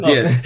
Yes